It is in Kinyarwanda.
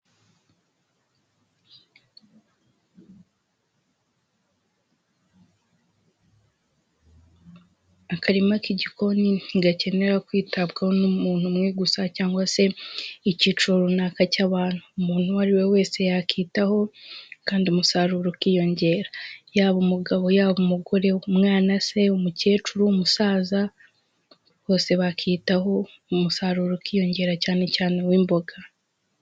Akarima k'igikoni ntigakenera kwitabwaho n'umuntu umwe gusa cyangwa se icyiciro runaka cy'abantu, umuntu uwo ari we wese yakwitaho kandi umusaruro ukiyongera. Yaba umugabo, yaba umugore, umwana se umukecuru, umusaza, bose bakitaho umusaruro ukiyongera cyane cyane uw'imboga.